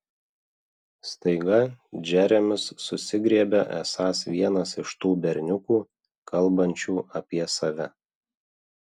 staiga džeremis susigriebia esąs vienas iš tų berniukų kalbančių apie save